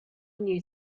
knew